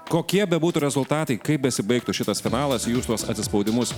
kokie bebūtų rezultatai kaip besibaigtų šitas finalas jūs tuos atsispaudimus